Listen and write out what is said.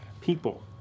people